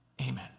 Amen